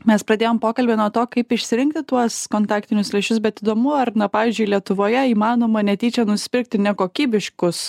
mes pradėjom pokalbį nuo to kaip išsirinkti tuos kontaktinius lęšius bet įdomu ar pavyzdžiui lietuvoje įmanoma netyčia nusipirkti nekokybiškus